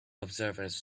observers